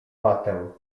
watę